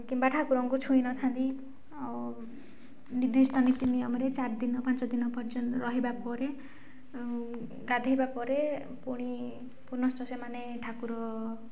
କିମ୍ବା ଠାକୁରଙ୍କୁ ଛୁଇଁ ନଥାନ୍ତି ଆଉ ନିର୍ଦ୍ଧିଷ୍ଟ ନୀତିନିୟମରେ ଚାରି ଦିନ ପାଞ୍ଚ ଦିନ ପର୍ଯ୍ୟନ୍ତ ରହିବା ପରେ ଗାଧୋଇବା ପରେ ପୁଣି ପୁନଶ୍ଚ ସେମାନେ ଠାକୁର